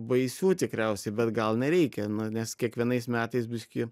baisių tikriausiai bet gal nereikia nes kiekvienais metais biskį